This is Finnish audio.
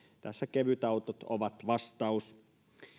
tässä kevytautot ovat vastaus